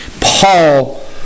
Paul